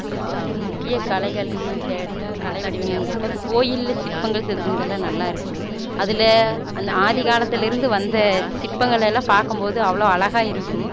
முக்கிய கலைகளென்னு கேட்டால் கலை வடிவங்களென்னு கேட்டால் கோயிலில் சிற்பங்கள் செதுக்கினதெல்லாம் நல்லாயிருக்கு அதில் அந் ஆதி காலத்திலருந்த வந்த சிற்பங்கள எல்லாம் பார்க்கம் போது அவ்வளோ அழகாக இருக்கும்